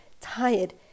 tired